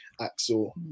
Axel